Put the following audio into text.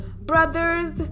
brothers